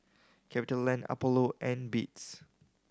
CapitaLand Apollo and Beats